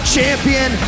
Champion